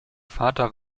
vater